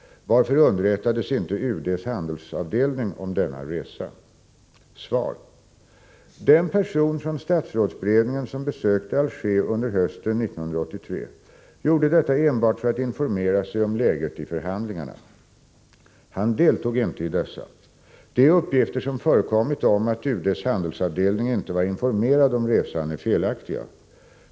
Varför underrättades inte UD:s handelsavdelning om denna resa? Svar: Den person från statsrådsberedningen som besökte Alger under hösten 1983 gjorde detta enbart för att informera sig om läget i förhandlingarna. Han deltog inte i dessa. De uppgifter som förekommit om att UD:s handelsavdelning inte var informerad om resan är felaktiga.